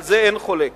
על זה אין חולק.